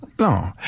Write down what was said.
No